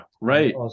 right